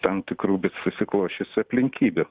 tam tikrų susiklosčiusių aplinkybių